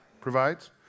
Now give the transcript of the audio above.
Provides